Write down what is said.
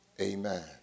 Amen